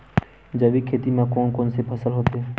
जैविक खेती म कोन कोन से फसल होथे?